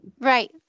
Right